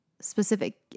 specific